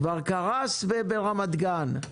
כבר קרס ברמת גן.